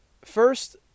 First